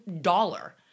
dollar